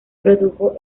produjo